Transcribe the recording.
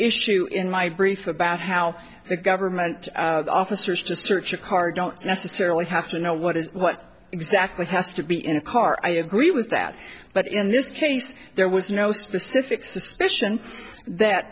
issue in my brief about how the government officers to search your car don't necessarily have to know what is what exactly has to be in a car i agree with that but in this case there was no specific suspicion that